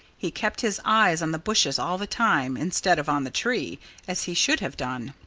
he kept his eyes on the bushes all the time, instead of on the tree as he should have done.